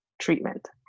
treatment